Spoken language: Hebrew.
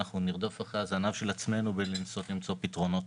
אנחנו נרדוף אחרי הזנב של עצמנו ולנסות למצוא פתרונות.